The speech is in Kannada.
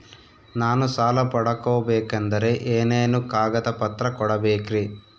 ನಾನು ಸಾಲ ಪಡಕೋಬೇಕಂದರೆ ಏನೇನು ಕಾಗದ ಪತ್ರ ಕೋಡಬೇಕ್ರಿ?